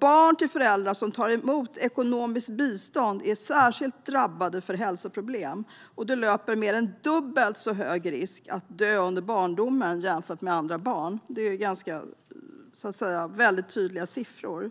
Barn till föräldrar som tar emot ekonomiskt bistånd är särskilt drabbade av hälsoproblem, och de löper mer än dubbelt så hög risk att dö under barndomen jämfört med andra barn. Det är tydliga siffror.